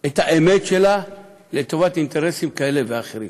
את האמת שלה, לטובת אינטרסים כאלה ואחרים?